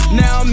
now